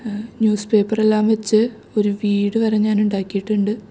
news പേപ്പറെല്ലാം വച്ച് ഒരു വീടു വരെ ഞാൻ ഉണ്ടാക്കിയിട്ടുണ്ട്